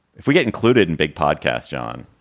if we get included in big podcast, john,